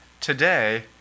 Today